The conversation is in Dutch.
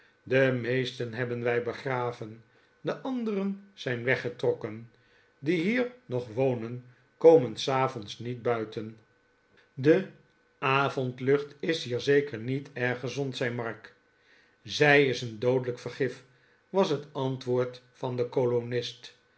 de meesten hebben wij begraven de anderen zijn weggetrokken die hier nog wonen komen s avonds niet buiten de avondlucht is hier zeker niet erg gezond zei mark zij is een doodelijk vergif was het antwoord van den